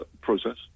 process